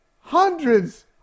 hundreds